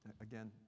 again